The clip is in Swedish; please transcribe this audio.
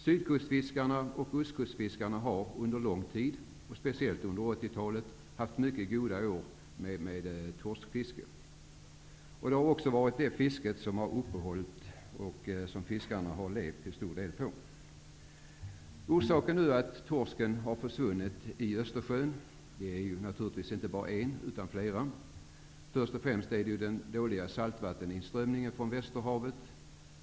Sydkustfiskarna och oskustfiskarna har under lång tid, speciellt under 80-talet, haft mycket goda år med torskfisket. Det har också varit det fiske som fiskarna till stor del har levt på. Det finns naturligtvis inte bara en utan flera orsaker till att torsken nu har försvunnit i Östersjön. Först och främst beror det på den dåliga saltvatteninströmningen från Västerhavet.